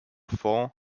four